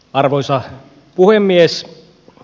arvoisa puhemies